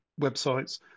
websites